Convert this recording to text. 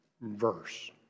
verse